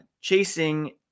chasing